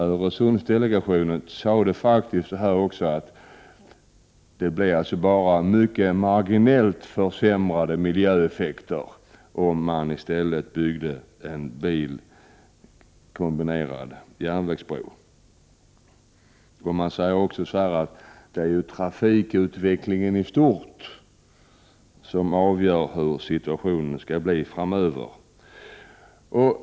Öresundsdelegationen har faktiskt talat om mycket marginella miljöförsämringar när det gäller en biloch järnvägsbro. Man säger också att det är trafikutvecklingen i stort som blir avgörande för situationen framöver.